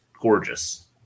gorgeous